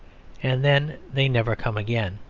and then they never come again.